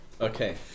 okay